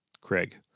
Craig